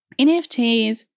NFTs